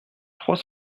trois